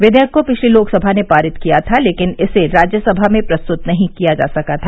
विधेयक को पिछली लोकसभा ने पारित किया था लेकिन इसे राज्यसभा में प्रस्तुत नहीं किया जा सका था